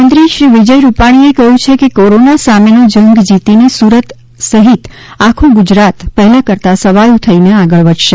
મુખ્યમંત્રી વિજય રૂપાણી એ કહ્યું છે કે કોરોના સામેનો જંગ જીતીને સુરત સહિત આખું ગુજરાત પહેલાં કરતાં સવાયુ થઇને આગળ વધશે